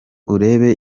urebe